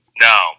No